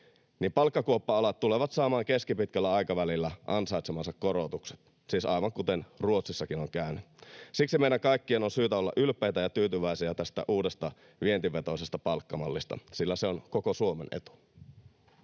niin palkkakuoppa-alat tulevat saamaan keskipitkällä aikavälillä ansaitsemansa korotukset — siis aivan kuten Ruotsissakin on käynyt. Siksi meidän kaikkien on syytä olla ylpeitä ja tyytyväisiä tästä uudesta vientivetoisesta palkkamallista, sillä se on koko Suomen etu.